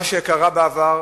מה שהיה בעבר,